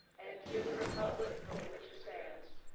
and to the republic for which it stands,